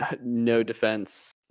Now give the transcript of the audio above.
no-defense